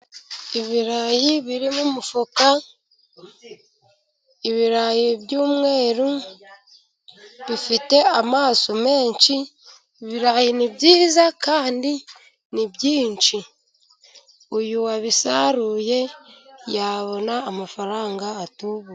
Ibirayi biri mu mufuka. Ibirayi by'umweru bifite amaso menshi. Ibi birayi ni byiza kandi ni byinshi. Uyu wabisaruye yabona amafaranga atubutse.